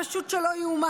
פשוט לא ייאמן.